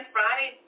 Friday